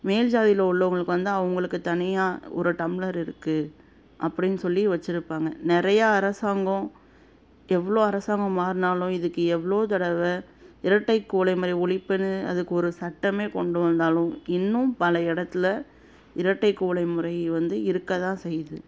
மேல் ஜாதியில் உள்ளவர்களுக்கு வந்து அவங்களுக்குத் தனியாக ஒரு டம்ளர் இருக்குது அப்படின்னு சொல்லி வெச்சுருப்பாங்க நிறையா அரசாங்கம் எவ்வளோ அரசாங்கம் மாறினாலும் இதுக்கு எவ்வளோ தடவை இரட்டைக் குவளை முறை ஒழிப்புன்னு அதுக்கு ஒரு சட்டமே கொண்டு வந்தாலும் இன்னும் பல இடத்துல இரட்டைக் குவளை முறை வந்து இருக்க தான் செய்யுது